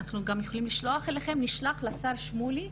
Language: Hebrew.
ואנחנו גם יכולים לשלוח אליכם נשלח לשר שמולי.